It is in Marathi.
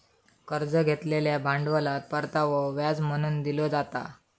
कर्ज घेतलेल्या भांडवलात परतावो व्याज म्हणून दिलो जाता